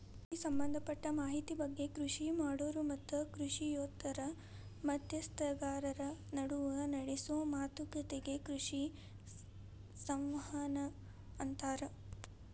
ಕೃಷಿ ಸಂಭದಪಟ್ಟ ಮಾಹಿತಿ ಬಗ್ಗೆ ಕೃಷಿ ಮಾಡೋರು ಮತ್ತು ಕೃಷಿಯೇತರ ಮಧ್ಯಸ್ಥಗಾರರ ನಡುವ ನಡೆಸೋ ಮಾತುಕತಿಗೆ ಕೃಷಿ ಸಂವಹನ ಅಂತಾರ